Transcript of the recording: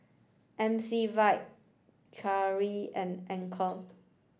M C Vitie Carrera and Anchor